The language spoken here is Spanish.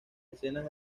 escenas